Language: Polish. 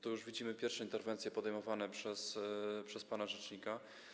Tu już widzimy pierwsze interwencje podejmowane przez pana rzecznika.